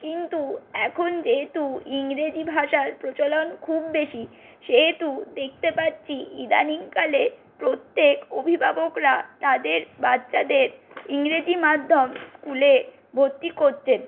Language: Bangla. কিন্তু এখন যেহেতু ইংরেজী ভাষার প্রচলন খুব বেশি সেহেতু দেখতে পাচ্ছি ইদানিংকালে প্রত্যেক অভিভাবকরা তাদের বাচ্ছাদের ইংরেজী মাধ্যম স্কুলে ভর্তি করছেন